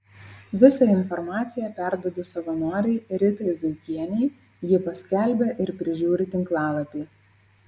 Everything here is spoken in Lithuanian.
visą informaciją perduodu savanorei ritai zuikienei ji paskelbia ir prižiūri tinklalapį